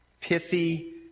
pithy